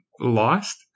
lost